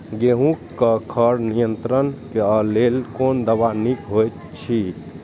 गेहूँ क खर नियंत्रण क लेल कोन दवा निक होयत अछि?